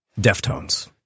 Deftones